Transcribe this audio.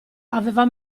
aveva